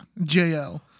JL